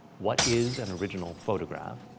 what is an original photograph?